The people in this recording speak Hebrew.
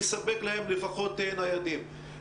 אני רק רציתי לספר לכם שני דברים מאוד יפים שאנחנו עושים תוך כדי.